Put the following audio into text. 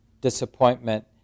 Disappointment